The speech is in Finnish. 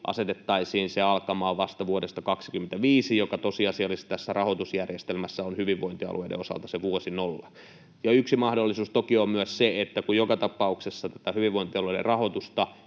asetettaisiin se alkamaan vasta vuodesta 25, joka tosiasiallisesti tässä rahoitusjärjestelmässä on hyvinvointialueiden osalta se vuosi nolla. Yksi mahdollisuus toki on myös sen pohtiminen, että kun joka tapauksessa tätä hyvinvointialueiden rahoitusta